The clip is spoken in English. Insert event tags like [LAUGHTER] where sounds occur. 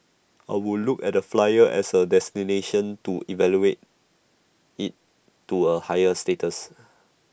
I would look at the flyer as A destination to elevate IT to A higher status [NOISE]